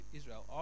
Israel